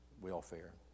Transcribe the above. welfare